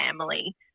family